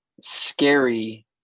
scary